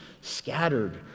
scattered